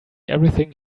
everything